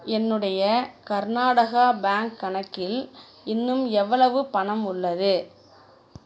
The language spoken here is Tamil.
என்னுடைய கர்நாடகா பேங்க் கணக்கில் இன்னும் எவ்வளவு பணம் உள்ளது